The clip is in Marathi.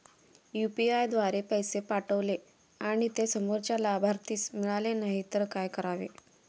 यु.पी.आय द्वारे पैसे पाठवले आणि ते समोरच्या लाभार्थीस मिळाले नाही तर काय करावे?